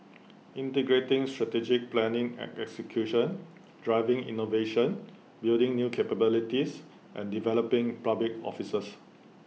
integrating strategic planning and execution driving innovation building new capabilities and developing public officers